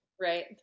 right